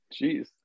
jeez